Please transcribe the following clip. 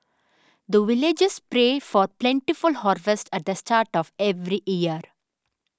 the villagers pray for plentiful harvest at the start of every year